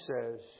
says